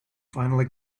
finally